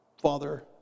Father